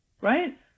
right